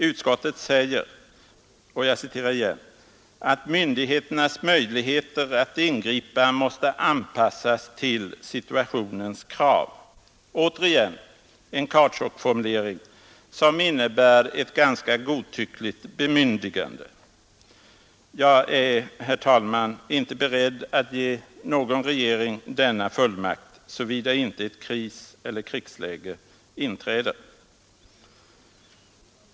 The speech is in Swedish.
Utskottet säger att myndigheternas möjligheter att ingripa måste ”anpassas till situationens krav” — återigen en kautschukformule ring som innebär ett ganska godtyckligt bemyndigande. Jag är, herr talman, inte beredd att ge någon regering denna fullmakt, såvida inte kriseller krigsläge inträder.